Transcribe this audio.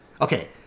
okay